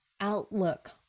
outlook